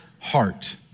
heart